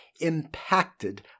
impacted